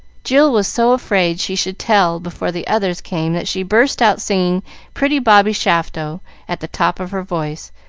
jill was so afraid she should tell before the others came that she burst out singing pretty bobby shafto at the top of her voice,